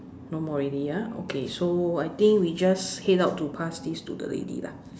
no more already ah okay so I think we just head out to pass this to the lady lah